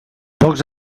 pocs